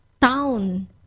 town